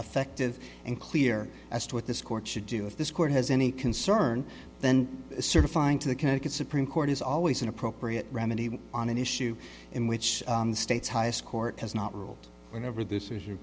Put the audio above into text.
effective and clear as to what this court should do if this court has any concern then certifying to the connecticut supreme court is always an appropriate remedy on an issue in which the state's highest court has not ruled whenever this